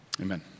Amen